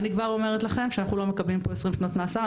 אני כבר אומרת לכם שאנחנו לא מקבלים 20 שנות מאסר,